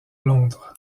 londres